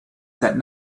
that